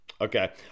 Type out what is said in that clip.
Okay